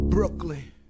Brooklyn